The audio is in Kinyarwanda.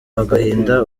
agahinda